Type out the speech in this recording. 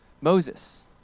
Moses